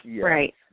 right